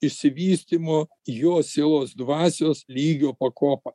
išsivystymo jo sielos dvasios lygio pakopą